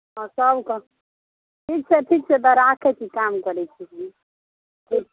हँ सभके ठीक छै ठीक छै तऽ राखैत छी काम करैत छी ठीक छै